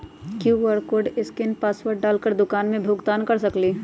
QR code scan password डाल कर दुकान में भुगतान कर सकलीहल?